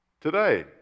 today